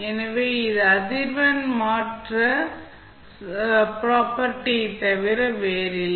எனவே இது அதிர்வெண் மாற்ற சொத்து தவிர வேறில்லை